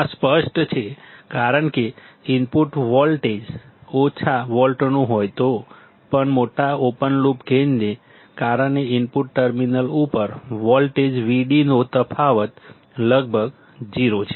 આ સ્પષ્ટ છે કારણ કે ઇનપુટ વોલ્ટેજ ઓછો વોલ્ટનું હોય તો પણ મોટા ઓપન લૂપ ગેઇનને કારણે ઇનપુટ ટર્મિનલ્સ ઉપર વોલ્ટેજ Vd નો તફાવત લગભગ 0 છે